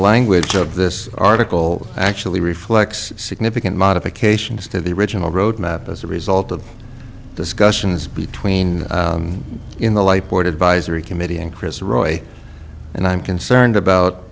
language of this article actually reflects significant modifications to the original road map as a result of discussions between in the light board advisory committee and chris roy and i'm concerned about